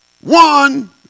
One